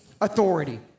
authority